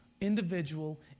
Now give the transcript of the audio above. individual